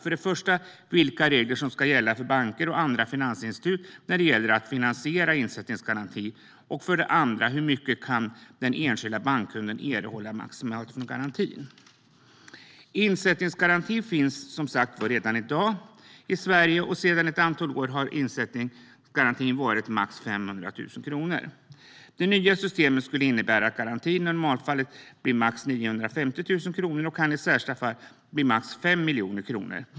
För det första handlar det om vilka regler som ska gälla för banker och andra finansinstitut när det gäller att finansiera insättningsgarantin. För det andra handlar det om hur mycket den enskilda bankkunden maximalt kan erhålla från garantin. Insättningsgarantin finns som sagt redan i dag i Sverige, och sedan ett antal år har den varit max 500 000 kronor. Det nya systemet skulle innebära att garantin i normalfallet blir max 950 000 kronor och i särskilda fall max 5 miljoner kronor.